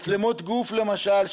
מצלמות גוף למשל,